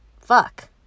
fuck